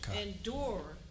endure